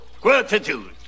gratitude